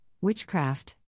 witchcraft